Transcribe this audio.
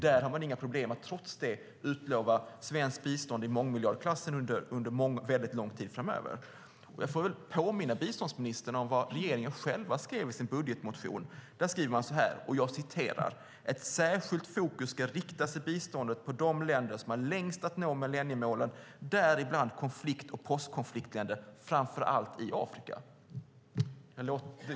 Man har inga problem att trots det utlova svenskt bistånd i mångmiljardklassen under en väldigt lång tid framöver. Jag får väl påminna biståndsministern om vad regeringen själv skrev i sin budgetproposition: Ett särskilt fokus ska riktas i biståndet på de länder som har längst kvar att nå millenniemålen, däribland konflikt och postkonfliktländer, framför allt i Afrika.